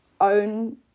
own